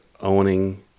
owning